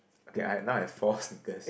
okay I had now I've four sneakers